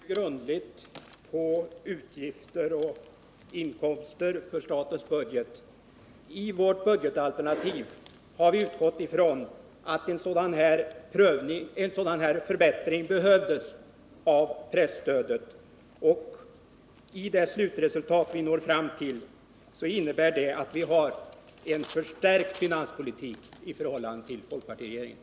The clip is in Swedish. Herr talman! Vi ser mycket grundligt på frågor som rör utgifter och inkomster för statens budget. I vårt budgetalternativ har vi utgått från att en sådan här förbättring av presstödet behövs, och det ingår i det slutresultat vi når fram till, vilket totalt innebär en förstärkt finanspolitik i förhållande till folkpartiregeringens.